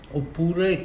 oppure